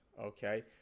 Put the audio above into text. okay